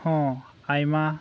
ᱦᱚᱸ ᱟᱭᱢᱟ